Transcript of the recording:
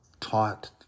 taught